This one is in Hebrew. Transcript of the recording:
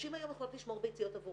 נשים היום יכולות לשמור ביציות עבור